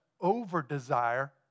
over-desire